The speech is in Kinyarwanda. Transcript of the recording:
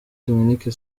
dominique